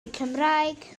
cymraeg